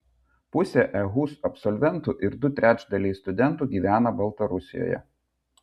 pusė ehu absolventų ir du trečdaliai studentų gyvena baltarusijoje